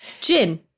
gin